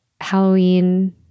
Halloween